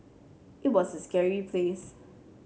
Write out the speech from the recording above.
it was a scary place